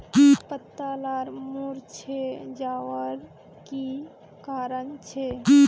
पत्ता लार मुरझे जवार की कारण छे?